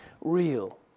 real